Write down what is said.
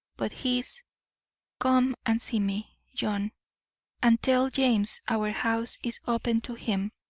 but his come and see me, john and tell james our house is open to him.